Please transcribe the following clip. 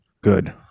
Good